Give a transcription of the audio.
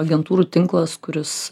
agentūrų tinklas kuris